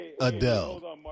Adele